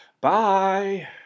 Bye